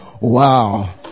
wow